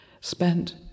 spent